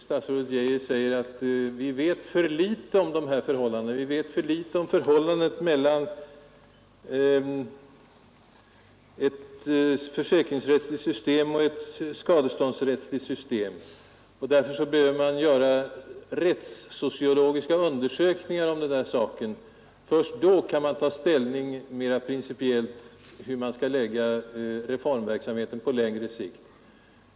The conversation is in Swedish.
Statsrådet Geijer säger där att vi vet för litet om dessa sammanhang, vi vet för litet om förhållandet mellan ett försäkringsrättsligt system och ett skadeståndsrättsligt system och därför behöver man göra rättssociologiska undersökningar om den saken. Först då kan man ta ställning mera principiellt till hur reformverksamheten skall läggas upp på längre sikt.